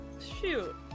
shoot